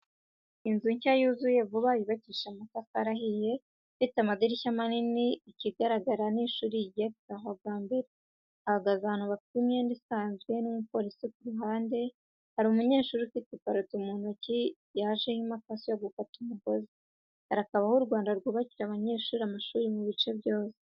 Inzu nshya yuzuye vuba yubakishije amatafari ahiye ifite amadirishya manini ikigaragara n'ishuri rigiye gutahwa bwambere hahagaze abantu bafite imyenda isanzw n'umuporisi kuruhande harumunyeshuri ufite iparato muntoki yajeho imakasi yo gukata umugozi. Harakabaho u Rwanda rwubakira abanyeshuri amashuri mubice byose.